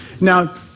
Now